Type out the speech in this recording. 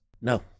no